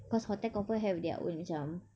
cause hotel confirm have their own macam